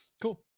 Cool